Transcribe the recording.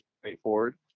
Straightforward